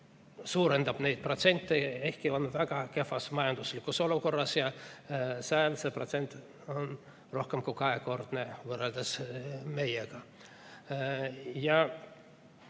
suurendab neid protsente, ehkki on väga kehvas majanduslikus olukorras, ja seal see protsent on rohkem kui kahekordne võrreldes meie